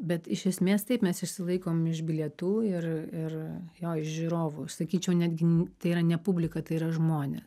bet iš esmės taip mes išsilaikom iš bilietų ir ir jo iš žiūrovų sakyčiau netgi tai yra ne publika tai yra žmonės